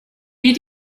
wie